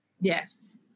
yes